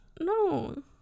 no